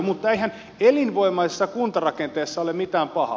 mutta eihän elinvoimaisessa kuntarakenteessa ole mitään pahaa